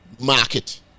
market